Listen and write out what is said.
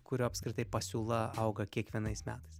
kurio apskritai pasiūla auga kiekvienais metais